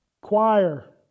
choir